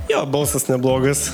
jo balsas neblogas